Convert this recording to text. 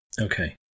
okay